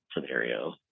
scenario